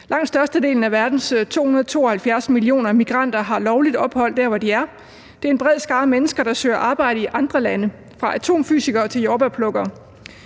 Langt størstedelen af verdens 272 millioner immigranter har lovligt ophold der, hvor de er. Der er tale om en bred skare af mennesker, der søger arbejde i andre lande, fra atomfysikere til jordbærplukkere.